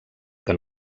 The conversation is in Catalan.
que